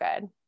good